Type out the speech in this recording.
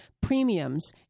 premiums